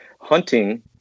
hunting